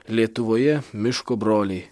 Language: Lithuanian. lietuvoje miško broliai